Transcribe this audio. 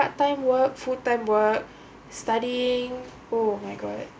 part time work full time work studying oh my god